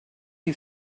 who